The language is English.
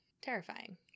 Terrifying